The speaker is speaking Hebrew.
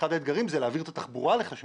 אחד האתגרים הוא להעביר את התחבורה לחשמל